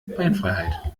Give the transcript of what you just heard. beinfreiheit